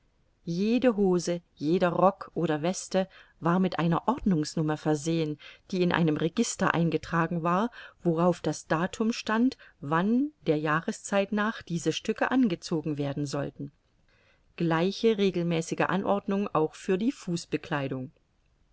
jede hofe jeder rock oder weste war mit einer ordnungsnummer versehen die in einem register eingetragen war worauf das datum stand wann der jahreszeit nach diese stücke angezogen werden sollten gleiche regelmäßige anordnung auch für die